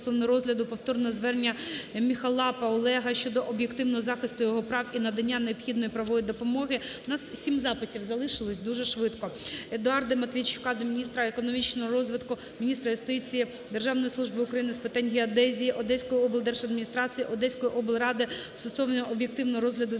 повторного звернення Міхалапа Олега щодо об'єктивного захисту його прав і надання необхідної правової допомоги. У нас сім запитів залишилось. Дуже швидко. Едуарда Матвійчука до Міністерства економічного розвитку, міністра юстиції, Державної служби України з питань геодезії, Одеської облдержадміністрації, Одеської облради стосовно об'єктивного розгляду звернення